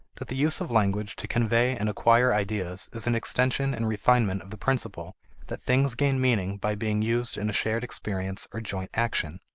that the use of language to convey and acquire ideas is an extension and refinement of the principle that things gain meaning by being used in a shared experience or joint action